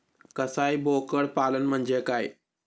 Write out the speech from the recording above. कसाई बोकड पालन म्हणजे काय?